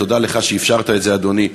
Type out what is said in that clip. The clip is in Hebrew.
תודה לך על שאפשרת את זה, אדוני.